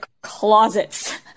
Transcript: closets